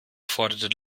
fordert